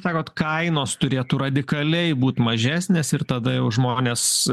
sakot kainos turėtų radikaliai būt mažesnės ir tada jau žmonės